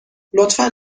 لطفا